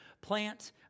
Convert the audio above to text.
plant